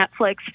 Netflix